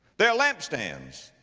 they are lampstands.